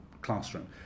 classroom